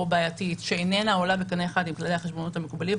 בעייתית שאיננה עולה בקנה אחד עם כללי החשבונאות המקובלים,